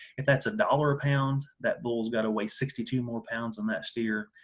if that's a dollar a pound that bulls got to weigh sixty two more pounds than that steer.